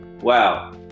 Wow